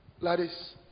Ladies